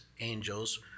angels